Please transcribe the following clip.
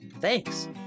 Thanks